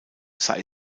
sei